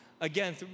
Again